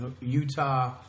Utah